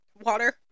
Water